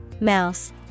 Mouse